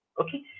Okay